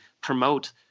promote